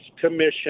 commission